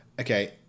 Okay